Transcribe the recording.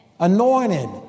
anointed